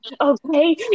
okay